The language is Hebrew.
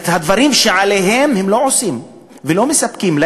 את הדברים שעליהם, הם לא עושים ולא מספקים.